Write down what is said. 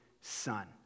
son